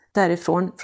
därifrån